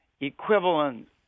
equivalent